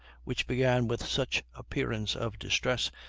which began with such appearance of distress,